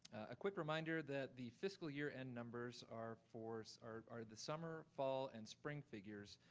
a quick reminder that the fiscal year end numbers are for, so are are the summer, fall, and spring figures,